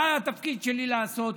מה התפקיד שלי לעשות?